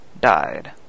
died